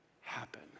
happen